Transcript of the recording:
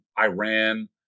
Iran